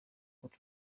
uko